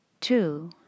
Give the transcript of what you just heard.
two